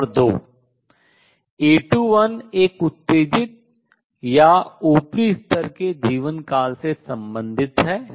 number दो A21 एक उत्तेजित या ऊपरी स्तर के जीवन काल से संबंधित है